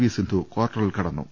V Sindhu കാർട്ടറിൽ കടന്നു